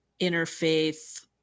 interfaith